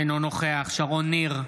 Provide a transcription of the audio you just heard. אינו נוכח שרון ניר,